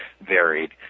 varied